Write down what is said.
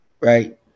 Right